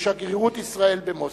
בשגרירות ישראל במוסקבה,